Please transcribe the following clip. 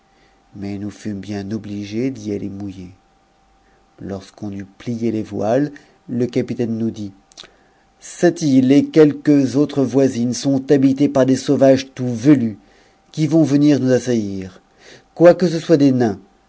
mais nous fûmes bien omigés d'y atter mouiller lorsqu'on eut plié les voiles le capitaine nous dit cette ite quelques autres voisines sont habitées par des sauvages tout ve us lui vont venir nous assainir quoique ce soient des nains